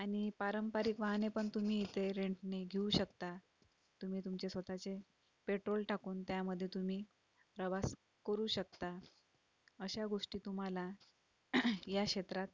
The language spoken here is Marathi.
आणि पारंपरिक वाहनेपण तुम्ही इथे रेंटनी घेऊ शकता तुम्ही तुमचे स्वतःचे पेट्रोल टाकून त्यामध्ये तुम्ही प्रवास करू शकता अशा गोष्टी तुम्हाला या क्षेत्रात